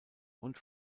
und